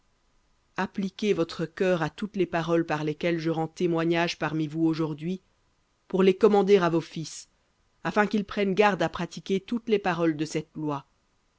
appliquez votre cœur à toutes les paroles par lesquelles je rends témoignage parmi vous aujourd'hui pour les commander à vos fils afin qu'ils prennent garde à pratiquer toutes les paroles de cette loi